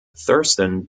thurston